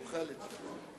רחלי,